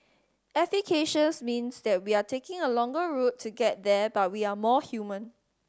efficacious means that we are taking a longer route to get there but we are more human